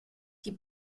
die